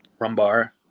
rumbar